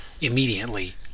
Immediately